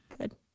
Good